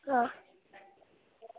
অঁ